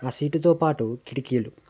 ఆ సీటుతో పాటు కిటికీలు